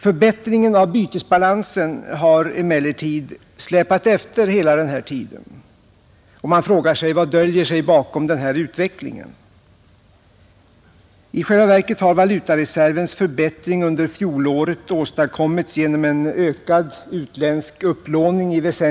Förbättringen av betalningsbalansen har emellertid släpat efter hela denna tid. Man frågar sig: Vad döljer sig bakom denna utveckling? I själva verket har valutareservens förbättring under fjolåret i väsentlig utsträckning åstadkommits genom en ökad utländsk upplåning.